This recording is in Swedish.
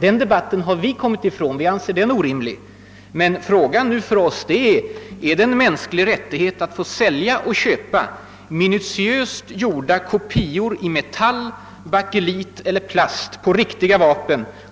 Den debatten har vi kommit ifrån; vi anser den orimlig. Frågan för oss är: Är det en mänsklig rättighet att få sälja och köpa minutiöst gjorda kopior av riktiga vapen i metall, bakelit eller plast,